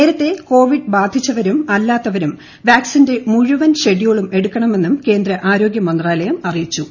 നേരത്തെ പ്രികോവിഡ് ബാധിച്ചവരും അല്ലാത്തവരും വാക്സിന്റെ് മുഴുവൻ ഷെഡ്യുളും എടുക്കണമെന്നും കേന്ദ്രി ആരോഗ്യ മന്ത്രാലയം അറിയിച്ചു